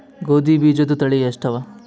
ಗೋಧಿ ಬೀಜುದ ತಳಿ ಎಷ್ಟವ?